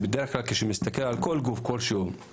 כשאני מסתכל על כל גוף בארץ,